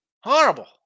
Horrible